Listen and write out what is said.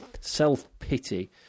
self-pity